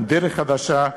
עם דרך חדשה,